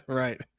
right